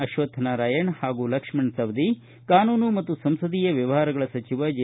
ಅಶ್ವಥನಾರಾಯಣ ಹಾಗೂ ಲಕ್ಷ್ಮಣ ಸವದಿ ಕಾನೂನು ಮತ್ತು ಸಂಸದೀಯ ವ್ಯವಹಾರಗಳ ಸಚಿವ ಜೆ